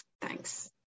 Thanks